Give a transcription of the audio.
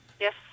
Yes